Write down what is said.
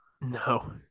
No